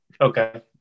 Okay